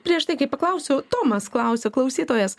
prieš tai kai paklausiau tomas klausia klausytojas